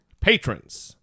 patrons